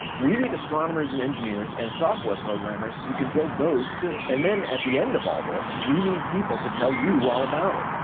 we need astronomers and engineers and software programmers who can build those, too. and then, at the end of all this, we need people to tell you all about it.